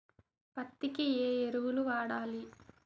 పత్తి కి ఏ ఎరువులు వాడాలి?